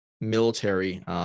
military